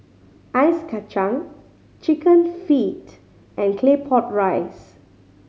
ice kacang Chicken Feet and Claypot Rice